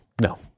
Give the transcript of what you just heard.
No